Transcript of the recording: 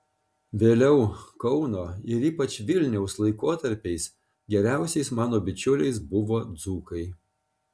vėliau kauno ir ypač vilniaus laikotarpiais geriausiais mano bičiuliais buvo dzūkai